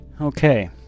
Okay